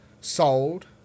sold